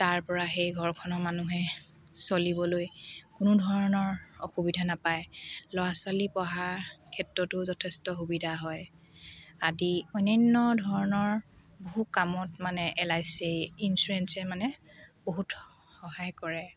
তাৰ পৰা সেই ঘৰখনৰ মানুহে চলিবলৈ কোনো ধৰণৰ অসুবিধা নাপায় লআ ছোৱালী পঢ়া ক্ষেত্ৰতো যথেষ্ট সুবিধা হয় আদি অন্যান্য ধৰণৰ বহু কামত মানে এল আই চি ইঞ্চুৰেন্সে মানে বহুত সহায় কৰে